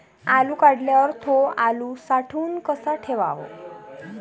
आलू काढल्यावर थो आलू साठवून कसा ठेवाव?